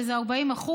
שזה 40%,